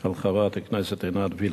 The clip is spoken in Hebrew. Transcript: של חברת הכנסת עינת וילף: